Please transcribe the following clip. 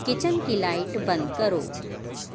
kitchen کی light بند کرو